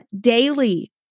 daily